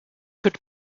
could